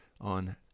on